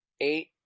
eight